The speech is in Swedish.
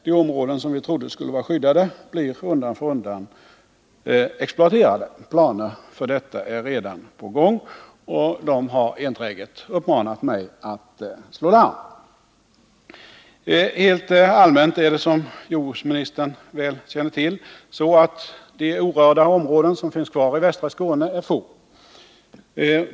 De områden som vi trodde skulle vara skyddade blir undan för undan exploaterade. Planer för detta är redan på gång. Och de har enträget uppmanat mig att slå larm. Helt allmänt är, som jordbruksministern väl känner till, de orörda områden som finns kvar i västra Skåne få.